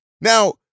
Now